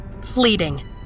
pleading